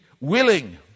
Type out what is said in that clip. willing